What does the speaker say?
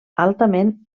altament